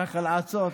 ככה לעצור?